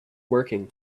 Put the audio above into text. working